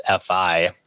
FI